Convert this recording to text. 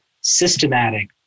systematic